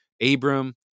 Abram